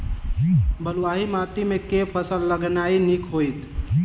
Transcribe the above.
बलुआही माटि मे केँ फसल लगेनाइ नीक होइत?